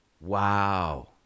Wow